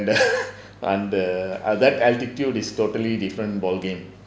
the under at that altitude is totally different ball game